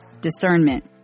Discernment